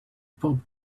bob